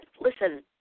listen